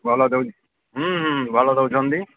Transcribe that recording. ଭଲ ଦେଉ ହୁଁ ହୁଁ ଭଲ ଦେଉଛନ୍ତି